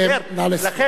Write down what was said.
לכן אני אומר: